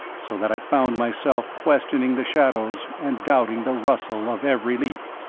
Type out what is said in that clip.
so that i found myself questioning the shadows and doubting the rustle of every leaf.